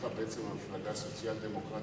הבטיחה בעצם המפלגה הסוציאל-דמוקרטית.